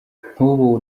nkubu